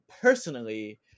personally